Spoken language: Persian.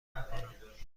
میکنم